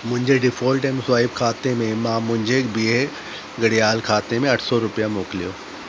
मुंहिंजे default M swipe खाते में मां मुंहिंजे ॿिए गॾियल खाते में अठ सौ रुपिया मोकिलियो